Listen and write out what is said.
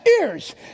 ears